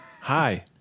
hi